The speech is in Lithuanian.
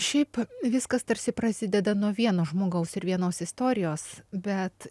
šiaip viskas tarsi prasideda nuo vieno žmogaus ir vienos istorijos bet